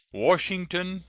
washington,